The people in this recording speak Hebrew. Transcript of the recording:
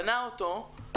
בנה אותו,